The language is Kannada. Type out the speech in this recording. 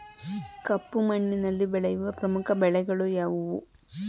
ಕಪ್ಪು ಮಣ್ಣಿನಲ್ಲಿ ಬೆಳೆಯುವ ಪ್ರಮುಖ ಬೆಳೆಗಳು ಯಾವುವು?